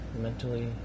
mentally